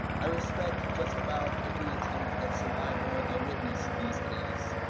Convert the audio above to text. i respect just about every attempt at survival i witnessed these days,